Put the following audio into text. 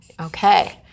Okay